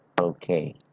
Okay